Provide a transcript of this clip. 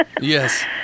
Yes